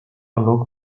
loc